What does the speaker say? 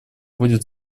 вводит